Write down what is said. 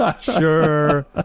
Sure